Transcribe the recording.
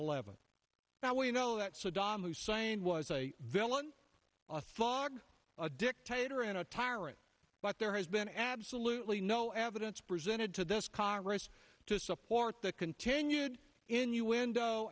eleven that we know that saddam hussein was a villain a fog a dictator and a tyrant but there has been absolutely no evidence presented to this congress to support the continued innuendo